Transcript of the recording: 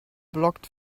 blocked